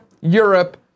Europe